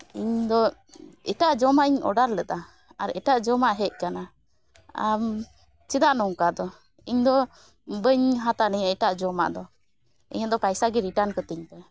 ᱤᱧ ᱫᱚ ᱮᱴᱟᱜ ᱡᱚᱢᱟᱜ ᱤᱧ ᱚᱰᱟᱨ ᱞᱮᱫᱟ ᱟᱨ ᱮᱴᱟᱜ ᱡᱚᱢᱟᱜ ᱦᱮᱡ ᱠᱟᱱᱟ ᱟᱢ ᱪᱮᱫᱟᱜ ᱱᱚᱝᱠᱟ ᱫᱚ ᱤᱧ ᱫᱚ ᱵᱟᱹᱧ ᱦᱟᱛᱟᱣᱟ ᱱᱤᱭᱟᱹ ᱮᱴᱟᱜ ᱡᱚᱢᱟᱜ ᱫᱚ ᱤᱧᱟᱹᱜ ᱫᱚ ᱯᱟᱭᱥᱟ ᱜᱮ ᱨᱤᱴᱟᱱ ᱠᱟᱛᱤᱧ ᱯᱮ